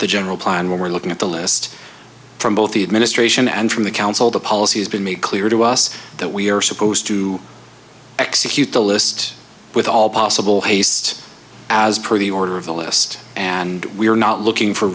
the general plan when we're looking at the list from both the administration and from the council the policy has been made clear to us that we are supposed to execute the list with all possible haste as per the order of the list and we are not